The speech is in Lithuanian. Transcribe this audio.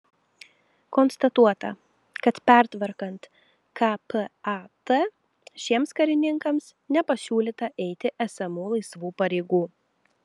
konstatuota kad pertvarkant kpat šiems karininkams nepasiūlyta eiti esamų laisvų pareigų